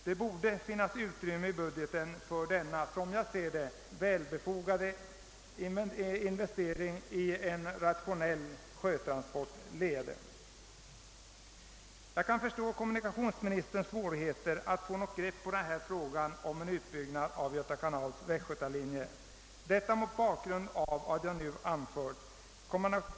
Det borde alltså finnas utrymme i budgeten för denna enligt min mening välmotiverade investering i en rationell sjötransportled. Jag, kan förstå kommunikationsministerns svårigheter att få ett grepp på frågan om en utbyggnad av Göta kanals västgötalinje mot bakgrund av vad jag nu anfört.